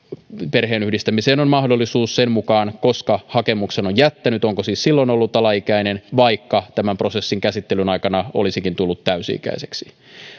perheenyhdistämiseen on mahdollisuus sen mukaan koska hakemuksen on jättänyt onko siis silloin ollut alaikäinen vaikka tämän prosessin käsittelyn aikana olisikin tullut täysi ikäiseksi